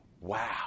Wow